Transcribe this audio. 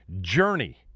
Journey